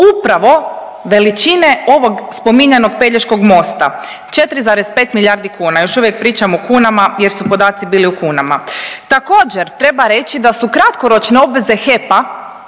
upravo veličine ovog spominjanog Pelješkog mosta 4,5 milijardi kuna. Još uvijek pričam u kunama, jer su podaci bili u kunama. Također treba reći da su kratkoročne obveze HEP-a